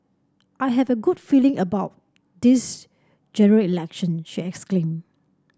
I have a good feeling about this Election she exclaimed